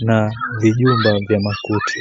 na vijumba vya makuti.